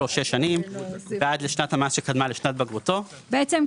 לו שש שנים ועד לשנת המס שקדמה לשנת בגרותו."; בעצם,